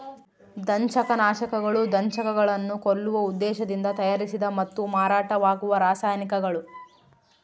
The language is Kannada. ದಂಶಕನಾಶಕಗಳು ದಂಶಕಗಳನ್ನು ಕೊಲ್ಲುವ ಉದ್ದೇಶದಿಂದ ತಯಾರಿಸಿದ ಮತ್ತು ಮಾರಾಟವಾಗುವ ರಾಸಾಯನಿಕಗಳು